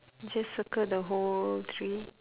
you just circle the whole tree